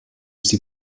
sie